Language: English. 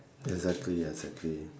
exactly exactly